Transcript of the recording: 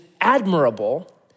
admirable